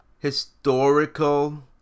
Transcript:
historical